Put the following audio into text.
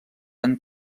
han